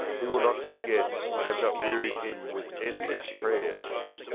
he will not forget i have not wearied him with endless prayers.